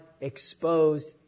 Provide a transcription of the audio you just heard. exposed